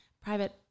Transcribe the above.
private